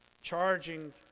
charging